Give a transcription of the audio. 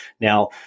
now